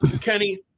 Kenny